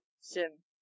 sim